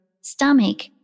stomach